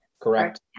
Correct